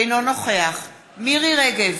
אינו נוכח מירי רגב,